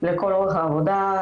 לכל אורך העבודה,